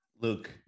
Luke